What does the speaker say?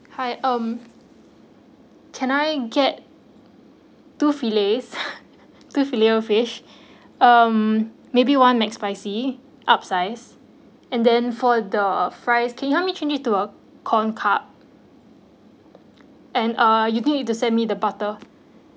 hi um can I get two fillets two fillet O fish um maybe one McSpicy upsize and then for the fries can you help me change it to a corn cup and uh you need you to send me the butter